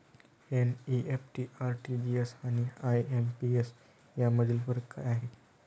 NEFT, RTGS आणि IMPS यामधील फरक काय आहे?